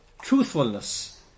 truthfulness